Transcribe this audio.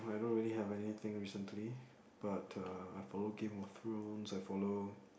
I don't really have anything recently but uh I follow Games of Thrones I follow